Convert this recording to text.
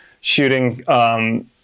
shooting